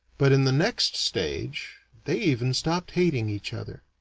but in the next stage, they even stopped hating each other.